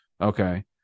Okay